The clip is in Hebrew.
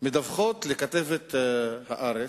מדווחות לכתבת "הארץ"